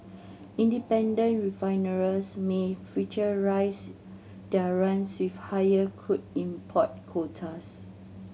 independent refiners may future rise their runs with higher crude import quotas